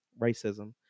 racism